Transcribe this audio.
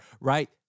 right